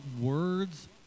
words